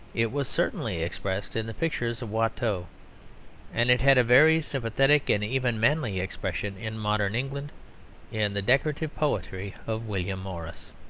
it was certainly expressed in the pictures of watteau and it had a very sympathetic and even manly expression in modern england in the decorative poetry of william morris.